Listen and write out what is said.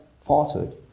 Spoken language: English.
falsehood